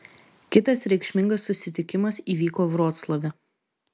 kitas reikšmingas susitikimas įvyko vroclave